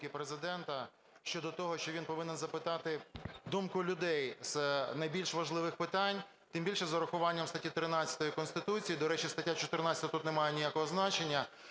Президента щодо того, що він повинен запитати думку людей з найбільш важливих питань. Тим більше з урахуванням статті 13 Конституції. До речі, стаття 14 тут не має ніякого значення.